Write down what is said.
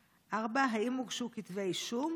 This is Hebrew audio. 5. האם הוגשו כתבי אישום?